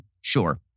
Sure